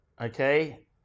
Okay